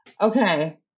Okay